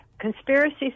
Conspiracy